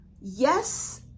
Yes